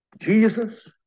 Jesus